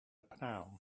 prynhawn